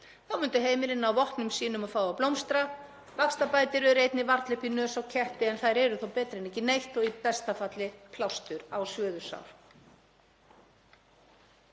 Þá myndu heimilin ná vopnum sínum og fá að blómstra. Vaxtabætur eru einnig varla upp í nös á ketti, en þær eru þó betra en ekki neitt, og í besta falli plástur á svöðusár.